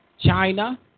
China